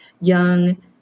young